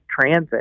transit